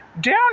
Down